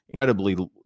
incredibly